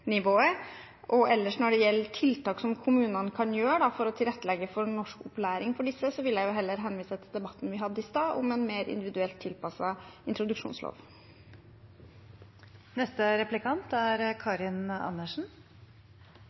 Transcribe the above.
Ellers, når det gjelder tiltak kommunene kan gjøre for å tilrettelegge for norskopplæring for disse, vil jeg heller henvise til debatten vi hadde i stad om en mer individuelt tilpasset introduksjonslov. Alle er